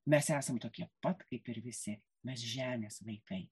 mes esam tokie pat kaip ir visi mes žemės vaikai